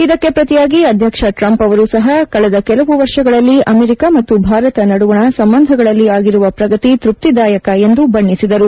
ಇದಕ್ಕೆ ಪ್ರತಿಯಾಗಿ ಅಧ್ವಕ್ಷ ಟ್ರಂಪ್ ಅವರು ಸಪ ಕಳೆದ ಕೆಲವು ವರ್ಷಗಳಲ್ಲಿ ಅಮೆರಿಕ ಮತ್ತು ಭಾರತ ನಡುವಣ ಸಂಬಂಧಗಳಲ್ಲಿ ಆಗಿರುವ ಪ್ರಗತಿ ತ್ಯಪ್ತಿದಾಯಕ ಎಂದು ಬಣ್ಣಿಸಿದರು